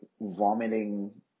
vomiting